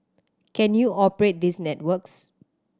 can you operate these networks